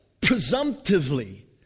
presumptively